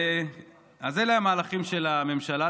אז אלה המהלכים של הממשלה.